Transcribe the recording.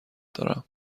دارم